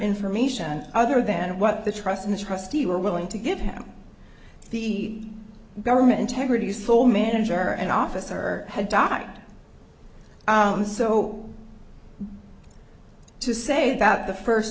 information other than what the trust in the trustee were willing to give him the government integrity so manager and officer had docked so to say about the first